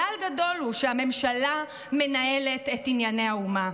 כלל גדול הוא, שהממשלה מנהלת את ענייני האומה.